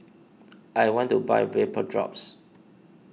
I want to buy Vapodrops